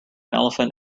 elephant